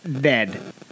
Dead